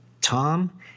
Tom